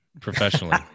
professionally